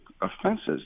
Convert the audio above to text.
offenses